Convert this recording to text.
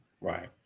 Right